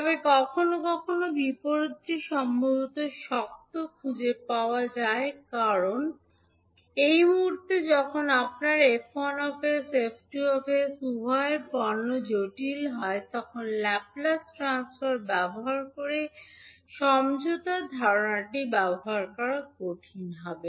তবে কখনও কখনও বিপরীতটি সম্ভবত শক্ত খুঁজে পাওয়া যায় কেন কারণ এই মুহুর্তে যখন আপনার 𝐹1 𝑠 এবং 𝐹2 𝑠 উভয়ের পণ্য জটিল হয় তখন ল্যাপ্লেস ট্রান্সফর্ম ব্যবহার করে সমঝোতার ধারণাটি ব্যবহার করা কঠিন হবে